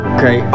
Okay